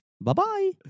Bye-bye